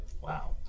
Wow